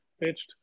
pitched